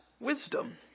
wisdom